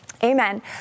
Amen